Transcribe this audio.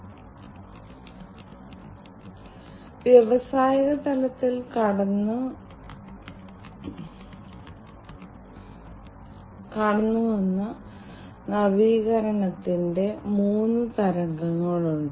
അതിനാൽ ഈ വാതകങ്ങൾ നമ്മൾ കണ്ടെത്തേണ്ടതുണ്ട് ഈ വാതകങ്ങൾ കണ്ടെത്തേണ്ടത് വളരെ പ്രധാനമാണ് കാരണം ഈ വാതകങ്ങളിൽ പലതും അപകടകാരികളാകാം കാരണം ഉദാഹരണത്തിന് മീഥെയ്ൻ